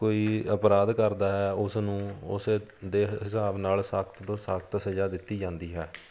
ਕੋਈ ਅਪਰਾਧ ਕਰਦਾ ਹੈ ਉਸ ਨੂੰ ਉਸੇ ਦੇ ਹਿਸਾਬ ਨਾਲ ਸਖ਼ਤ ਤੋਂ ਸਖ਼ਤ ਸਜ਼ਾ ਦਿੱਤੀ ਜਾਂਦੀ ਹੈ